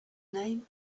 name